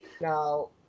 now